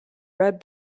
red